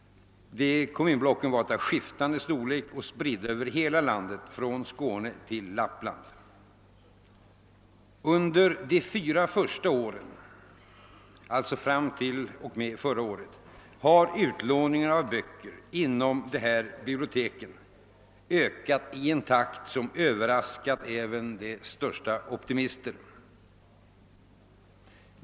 Dessa kommunblock var av skiftande storlek och spridda över hela landet, från Skåne till Lappland. Under de fyra första åren — alltså fram till och med förra året — har utlåningen av böcker inom de aktuella biblioteken ökat i en takt som överraskat även de största optimisterna.